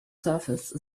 surface